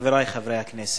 חברי חברי הכנסת,